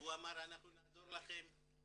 והוא אמר, אנחנו נעזור לכם.